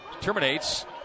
Terminates